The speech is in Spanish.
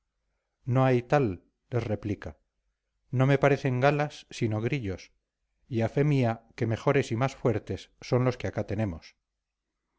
no hay tal les replica no me parecen galas sino grillos y a fe mía que mejores y más fuertes son los que acá tenemos